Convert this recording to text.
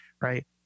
right